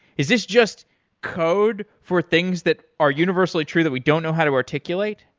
is this just code for things that are universally true that we don't know how to articulate?